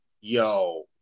Yo